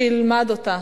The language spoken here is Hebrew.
שילמד אותה,